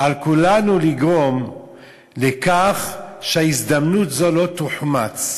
"על כולנו לגרום לכך שהזדמנות זו לא תוחמץ."